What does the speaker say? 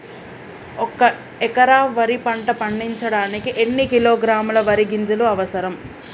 ఒక్క ఎకరా వరి పంట పండించడానికి ఎన్ని కిలోగ్రాముల వరి గింజలు అవసరం?